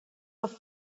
have